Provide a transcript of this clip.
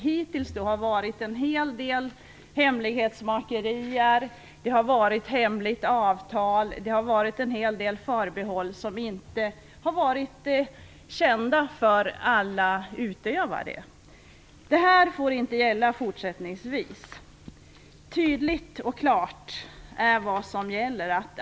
Hittills har det varit en hel del hemlighetsmakerier, hemligt avtal och en hel del förbehåll som inte har varit kända för alla utövare. Det här får inte gälla fortsättningsvis. Tydligt och klart måste det vara.